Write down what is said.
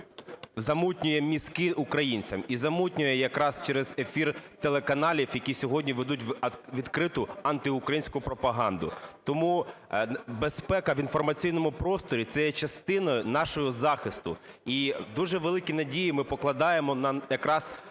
замутнює мізки українцям, і замутнює якраз через ефір телеканалів, які сьогодні ведуть відкриту антиукраїнську пропаганду. Тому безпека в інформаційному просторі - це є частиною в нашому захисті. І дуже великі надії ми покладаємо якраз